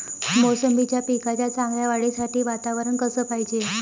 मोसंबीच्या पिकाच्या चांगल्या वाढीसाठी वातावरन कस पायजे?